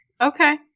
Okay